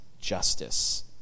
justice